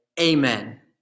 amen